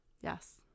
Yes